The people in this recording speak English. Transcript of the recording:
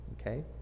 okay